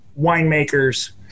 winemakers